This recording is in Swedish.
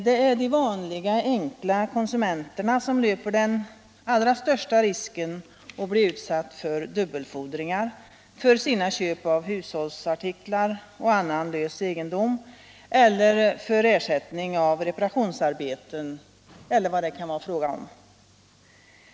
Det är de vanliga enkla konsumenterna som löper den allra största risken att bli utsatta för dubbelfordringar för sina köp av hushållsartiklar och annan lös egendom eller för ersättning för reparationsarbeten o. d.